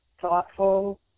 thoughtful